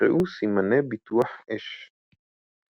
ונקראו "סימני ביטוח אש".